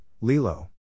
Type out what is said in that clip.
Lilo